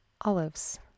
olives